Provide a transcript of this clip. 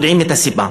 היו יודעים את הסיבה.